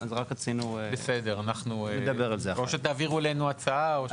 בסדר, או שתעבירו אלינו הצעה.